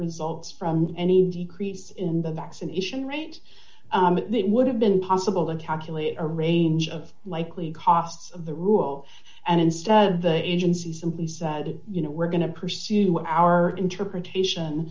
results from any decrease in the vaccination rate it would have been possible to tabulate a range of likely costs of the rule and instead of the agency simply said you know we're going to pursue our interpretation